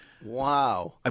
Wow